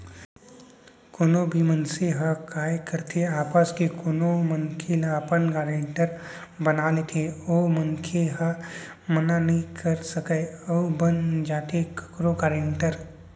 कोनो भी मनसे ह काय करथे आपस के कोनो मनखे ल अपन गारेंटर बना लेथे ओ मनसे ह मना नइ कर सकय अउ बन जाथे कखरो गारेंटर